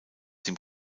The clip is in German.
dem